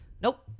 Nope